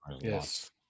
yes